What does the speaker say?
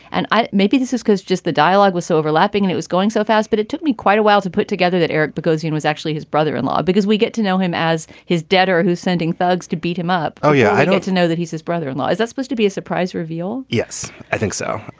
and maybe this is because just the dialogue was so overlapping. and it was going so fast. but it took me quite a while to put together that eric bogosian was actually his brother in law because we get to know him as his debtor who's sending thugs to beat him up. oh, yeah. i got to know that he's his brother in law. is that supposed to be a surprise reveal? yes, i think so.